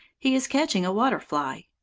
he is catching a water-fly.